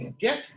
Get